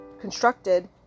constructed